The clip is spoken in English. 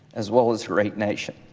as well as great nation.